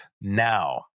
now